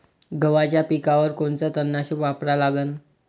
गव्हाच्या पिकावर कोनचं तननाशक वापरा लागन?